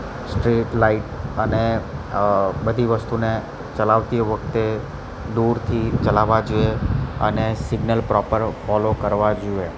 street light અને બધી વસ્તુને ચલાવતી વખતે દૂરથી ચલાવા જોએ અને સિગ્નલ પ્રોપર ફોલો કરવા જોએ